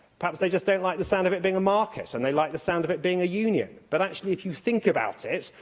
perhaps they just don't like the sound of it being a market and they like the sound of it being a union. but, actually, if you think about it,